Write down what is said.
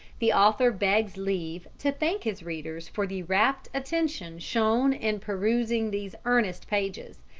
the author begs leave to thank his readers for the rapt attention shown in perusing these earnest pages,